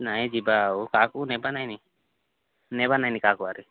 ନାହିଁ ଯିବା ଆଉ କାହାକୁ ନେବା ନେଇ ନି ନେବା ନାଇଁ କାହାକୁ ଆରେ